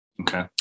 Okay